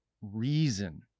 reason